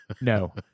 No